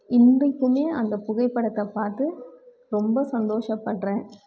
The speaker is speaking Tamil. இன்றைக்குமே அந்த புகைப்படத்தை பார்த்து ரொம்ப சந்தோஷப்பட்றேன்